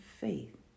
faith